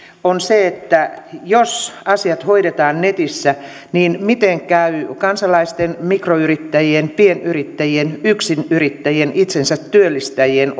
on se että jos asiat hoidetaan netissä niin miten käy kansalaisten mikroyrittäjien pienyrittäjien yksinyrittäjien itsensätyöllistäjien